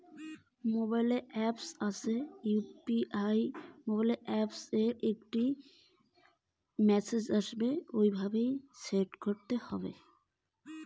UPI টা কেমন করি মোবাইলত সেট করিম?